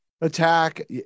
attack